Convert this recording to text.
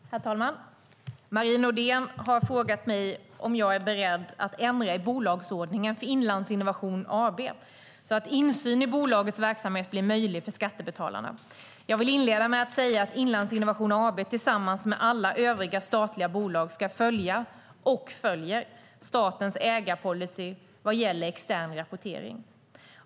Herr talman! Marie Nordén har frågat mig om jag är beredd att ändra i bolagsordningen för Inlandsinnovation AB så att insyn i bolagets verksamhet blir möjlig för skattebetalarna. Jag vill inleda med att säga att Inlandsinnovation AB tillsammans med alla övriga statliga bolag ska följa, och följer, statens ägarpolicy vad gäller extern rapportering.